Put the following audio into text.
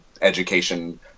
education